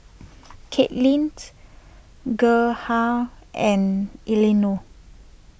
Kaelynt Gerhardt and Eleanore